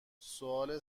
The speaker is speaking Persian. سوال